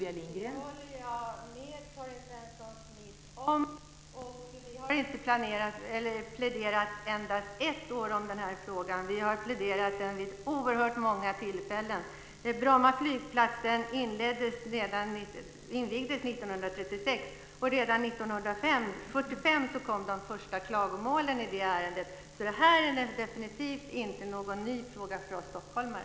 Fru talman! Jag håller med Karin Svensson Smith om det. Det är inte bara ett år som vi har pläderat kring den här frågan, utan det har vi gjort vid oerhört många tillfällen. 1945 kom de första klagomålen i ärendet, så det här är definitivt inte någon ny fråga för oss stockholmare.